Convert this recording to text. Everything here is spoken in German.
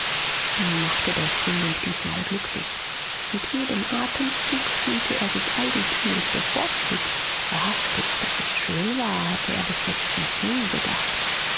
ihn machte der frühling diesmal glücklich mit jedem atemzug fühlte er sich eigentümlich bevorzugt wahrhaftig daß es schön war hatte er bis jetzt noch nie bedacht